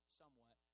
somewhat